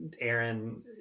Aaron